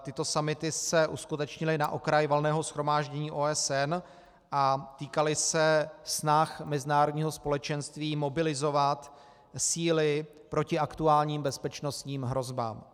Tyto summity se uskutečnily na okraj Valného shromáždění OSN a týkaly se snah mezinárodního společenství mobilizovat síly proti aktuálním bezpečnostním hrozbám.